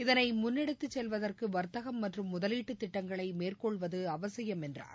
இதனை முன்னெடுத்துச் செல்வதற்கு வா்ததகம் மற்றும் முதலீட்டுத் திட்டங்களை மேற்கொள்வது அவசியம் என்றார்